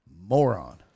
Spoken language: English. Moron